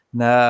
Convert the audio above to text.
na